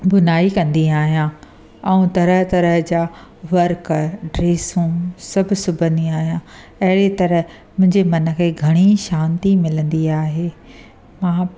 बुनाई कंदी आहियां ऐं तरह तरह जा वर्क ड्रैसूं सभु सिबंदी आहियां अहिड़ी तरह मुंहिंजे मन खे घणी शांती मिलंदी आहे मां